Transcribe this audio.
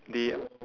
they